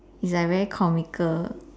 it's like very comical